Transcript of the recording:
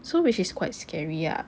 so which is quite scary ah